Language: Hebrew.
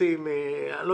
אני מאוד